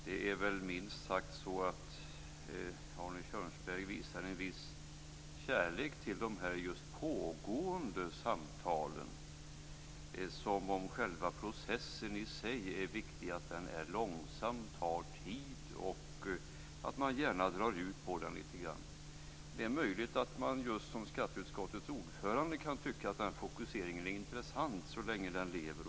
Det är minst sagt så att Arne Kjörnsberg visar en viss kärlek till de just nu pågående samtalen, som om det i sig är viktigt att processen är långsam och tar tid. Man får gärna dra ut lite grann på den. Det är möjligt att man just som skatteutskottets ordförande kan tycka att den fokuseringen är intressant.